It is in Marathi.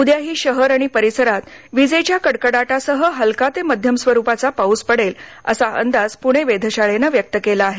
उद्याही शहर आणि परिसरात विजेच्या कडकडाटासह हलका ते मध्यम स्वरुपाचा पाऊस पडेल असा अंदाज पुणे वेधशाळेनं व्यक्त केला आहे